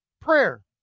prayer